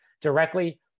directly